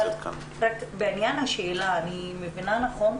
בעניין השאלה, אני מבינה נכון?